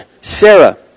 Sarah